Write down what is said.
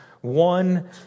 one